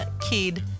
kid